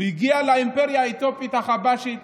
הוא הגיע לאימפריה האתיופית החבשית